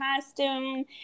costume